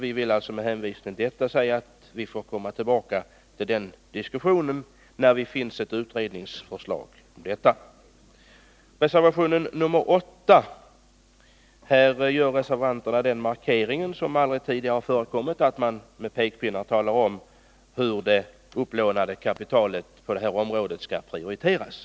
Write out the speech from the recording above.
Vi vill med hänvisning till detta säga att vi får komma tillbaka till den diskussionen när det föreligger ett utredningsförslag. I reservation 8 gör reservanterna en markering som aldrig tidigare förekommit. Med pekpinnar talar man om hur det upplånade kapitalet på detta område skall prioriteras.